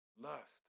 lust